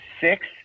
six